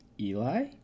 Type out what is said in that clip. Eli